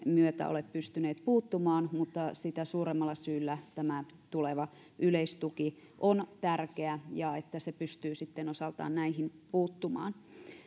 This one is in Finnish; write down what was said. myötä ole pystyneet puuttumaan mutta sitä suuremmalla syyllä tämä tuleva yleistuki on tärkeä ja se että se pystyy sitten osaltaan näihin puuttumaan